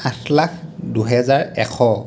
আঠ লাখ দুহেজাৰ এশ